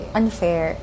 unfair